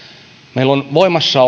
meillä ovat voimassa